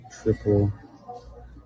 Triple